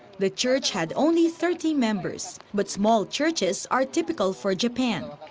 the church had only thirty members, but small churches are typical for japan.